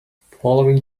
following